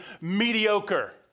mediocre